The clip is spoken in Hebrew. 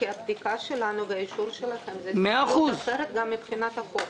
כי הבדיקה שלנו והאישור שלכם זה סמכות אחרת גם מבחינת החוק,